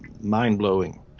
mind-blowing